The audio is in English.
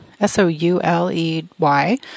S-O-U-L-E-Y